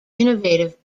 innovative